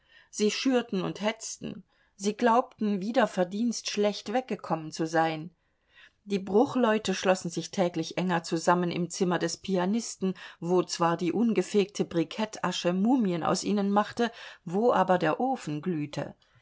sie schürten und hetzten sie glaubten wider verdienst schlecht weggekommen zu sein die bruchleute schlossen sich täglich enger zusammen im zimmer des pianisten wo zwar die ungefegte brikettasche mumien aus ihnen machte wo aber der ofen glühte